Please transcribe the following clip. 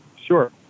Sure